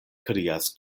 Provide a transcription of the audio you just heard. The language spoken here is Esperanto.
krias